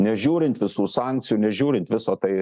nežiūrint visų sankcijų nežiūrint viso tai